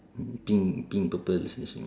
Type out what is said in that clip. pink pink purple is the same